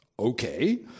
Okay